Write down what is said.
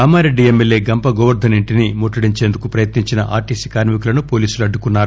Kamareddy MLA Gampa Govardhan ఇంటిని ముట్టడించేందుకు ప్రయత్నించిన ఆర్టీసీ కార్మికులను ఏోలీసులు అడ్డుకున్నారు